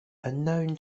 unknown